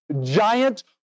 giant